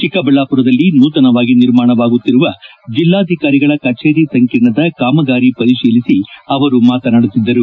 ಚಿಕ್ಕಮಗಳೂರಿನಲ್ಲಿ ನೂತನವಾಗಿ ನಿರ್ಮಾಣವಾಗುತ್ತಿರುವ ಜಿಲ್ಲಾಧಿಕಾರಿಗಳ ಕಛೇರಿ ಸಂಕೀರ್ಣ ಕಾಮಗಾರಿ ಪರಿತೀಲಿಸಿ ಅವರು ಮಾತನಾಡುತ್ತಿದ್ದರು